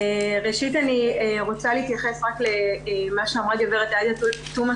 ראשית אני רוצה להתייחס רק למה שאמרה ח"כ עאידה תומא